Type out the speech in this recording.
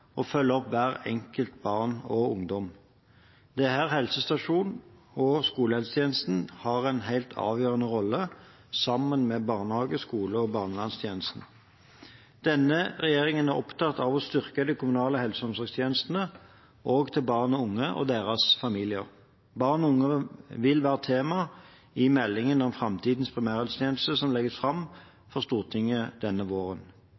følge opp hvert enkelt barn og hver enkelt ungdom. Det er her helsestasjons- og skolehelsetjenesten har en helt avgjørende rolle, sammen med barnehage, skole og barnevernstjenesten. Denne regjeringen er opptatt av å styrke de kommunale helse- og omsorgstjenestene – også til barn og unge og deres familier. Barn og unge vil være tema i meldingen om framtidens primærhelsetjeneste som legges fram for Stortinget denne våren.